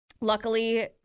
luckily